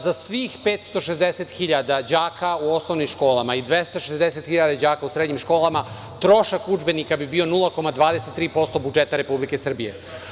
Za svih 560 hiljada đaka u osnovnim školama i 260 hiljada đaka u srednjim školama trošak udžbenika bi bio 0,23% budžeta Republike Srbije.